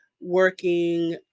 working